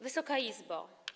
Wysoka Izbo!